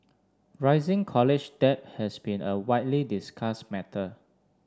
rising college debt has been a widely discussed matter